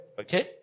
Okay